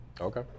okay